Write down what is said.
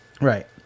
Right